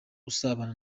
usabana